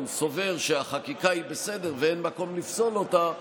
סובר שהחקיקה היא בסדר ואין מקום לפסול אותה,